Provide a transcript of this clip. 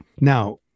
Now